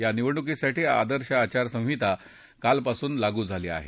या निवडणुकीसाठी आदर्श आचारसंहिता कालपासून लागू झाली आहे